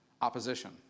opposition